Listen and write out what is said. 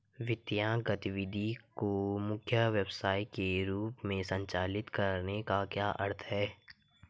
वित्तीय गतिविधि को मुख्य व्यवसाय के रूप में संचालित करने का क्या अर्थ है?